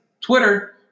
Twitter